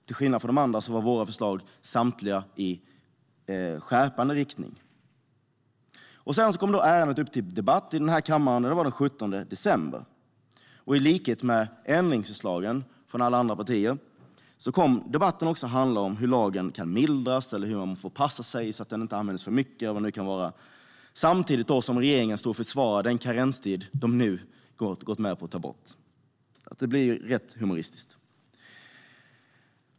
Till skillnad från de andra var våra förslag samtliga i skärpande riktning. Ärendet kom sedan upp till debatt här i kammaren den 17 december. I likhet med ändringsförslagen från alla andra partier kom debatten att handla om hur lagen kunde mildras och hur man fick passa sig så att den inte skulle användas för mycket, samtidigt som regeringen stod och försvarade den karenstid de nu gått med på att ta bort. Det blir rätt humoristiskt.